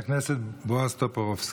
חבר הכנסת בועז טופורובסקי.